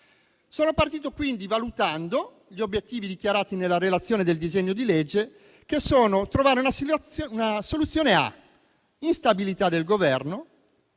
Sono partito, quindi, valutando gli obiettivi dichiarati nella relazione al disegno di legge che sono trovare una soluzione a: instabilità del Governo,